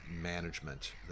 management